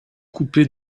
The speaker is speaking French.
coupé